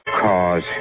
Cause